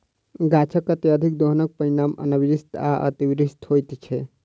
गाछकअत्यधिक दोहनक परिणाम अनावृष्टि आ अतिवृष्टि होइत छै